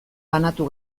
banatu